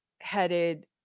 headed